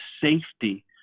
safety